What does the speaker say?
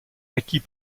acquis